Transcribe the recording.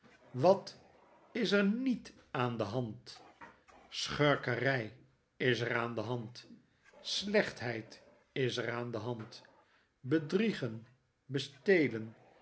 wat is er n i e t aan de hand schurkerij is er aan de hand slechtheid is er aan de hand bedriegen bestelen